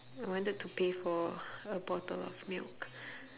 I wanted to pay for a bottle of milk